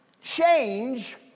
change